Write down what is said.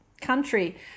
country